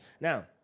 Now